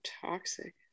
toxic